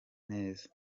neza